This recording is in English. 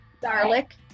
garlic